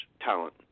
talent